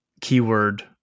keyword